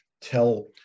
tell